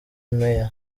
mayor